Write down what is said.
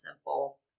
simple